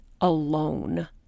alone